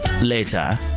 Later